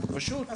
פשוט.